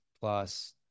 plus